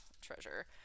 treasure